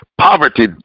poverty